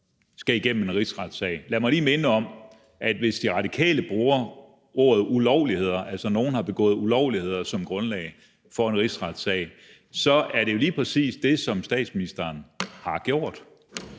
skal igennem en rigsretssag. Lad mig lige minde om, at hvis De Radikale bruger ordet ulovligheder, altså at nogen har begået ulovligheder, som grundlag for en rigsretssag, så er det jo lige præcis det, som statsministeren har gjort.